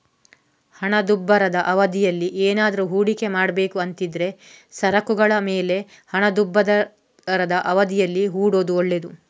ಹಣದುಬ್ಬರದ ಅವಧಿಯಲ್ಲಿ ಏನಾದ್ರೂ ಹೂಡಿಕೆ ಮಾಡ್ಬೇಕು ಅಂತಿದ್ರೆ ಸರಕುಗಳ ಮೇಲೆ ಹಣದುಬ್ಬರದ ಅವಧಿಯಲ್ಲಿ ಹೂಡೋದು ಒಳ್ಳೇದು